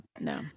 No